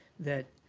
that